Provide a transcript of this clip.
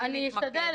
אני אשתדל.